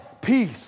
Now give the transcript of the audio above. peace